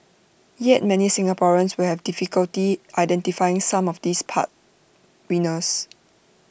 yet many Singaporeans will have difficulty identifying some of these par winners